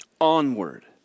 onward